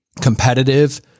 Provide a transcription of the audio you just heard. competitive